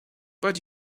but